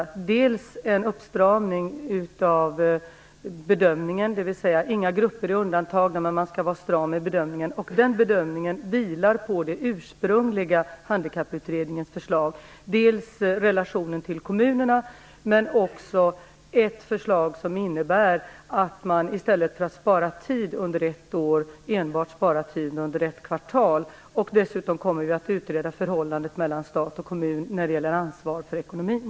Det gäller för det första en uppstramning av bedömningen. Inga grupper är undantagna, men man skall vara stram i bedömningen. Den bedömningen vilar på den ursprungliga handikapputredningens förslag. Det gäller för det andra relationen till kommunerna. Det gäller för det tredje ett förslag som innebär att man i stället för att spara tid under ett år sparar tid enbart under ett kvartal. Vi kommer för det fjärde att utreda förhållandet mellan stat och kommun vad avser ansvaret för ekonomin.